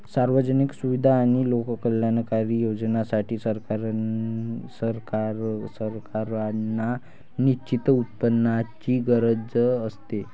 सार्वजनिक सुविधा आणि लोककल्याणकारी योजनांसाठी, सरकारांना निश्चित उत्पन्नाची गरज असते